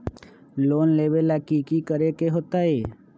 Loan लेबे ला की कि करे के होतई?